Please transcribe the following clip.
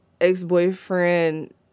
ex-boyfriend